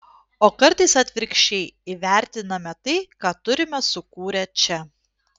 o kartais atvirkščiai įvertiname tai ką turime sukūrę čia